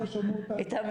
מהמשרד.